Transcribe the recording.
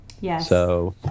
Yes